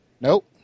Nope